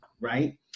right